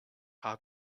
have